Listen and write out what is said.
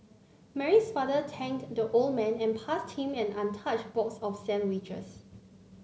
Mary's father thanked the old man and passed him an untouched box of sandwiches